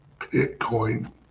Bitcoin